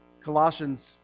Colossians